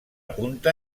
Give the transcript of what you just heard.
punta